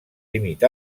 límit